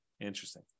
interesting